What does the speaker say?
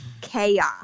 chaos